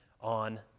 on